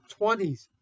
20s